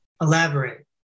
Elaborate